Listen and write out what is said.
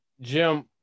Jim